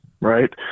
right